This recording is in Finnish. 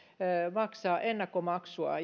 maksaa ennakkomaksua